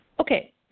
Okay